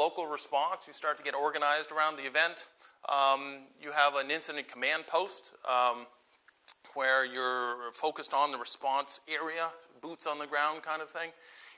local response you start to get organized around the event you have an incident command post where you're focused on the response area boots on the ground kind of thing